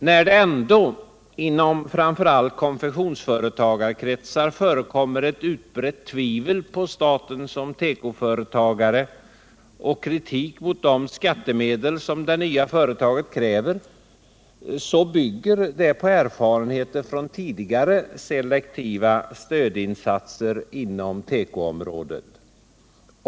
När det ändå inom framför allt konfektionsföretagarkretsar förekommer ett utbrett tvivel på staten som tekoföretagare och kritik mot beviljandet av de skattemedel som det nya företaget kräver, bygger detta på erfarenheter av tidigare selektiva stödåtgärder inom tekoområdet.